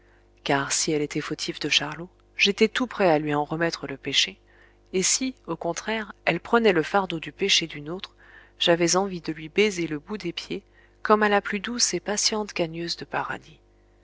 car si elle était fautive de charlot j'étais tout prêt à lui en remettre le péché et si au contraire elle prenait le fardeau du péché d'une autre j'avais envie de lui baiser le bout des pieds comme à la plus douce et patiente gagneuse de paradis